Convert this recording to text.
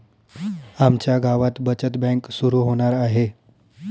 आमच्या गावात बचत बँक सुरू होणार आहे